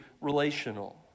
relational